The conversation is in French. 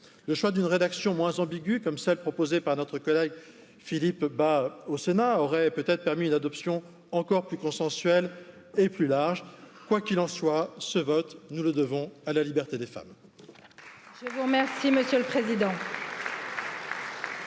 le choix d'une rédaction moins ambiguë, comme celle proposée par notre collègue Philippe Bas au Sénat aurait peut être permis une adoption encore plus consensuelle et plus large, quoi qu'il en soit. Ce vote, nous le devons à la liberté des femmes.